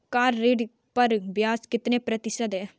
Car ऋण पर ब्याज कितने प्रतिशत है?